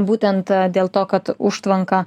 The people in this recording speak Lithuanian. būtent dėl to kad užtvanka